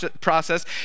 process